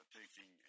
taking